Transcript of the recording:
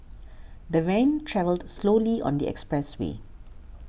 the van travelled slowly on the expressway